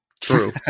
true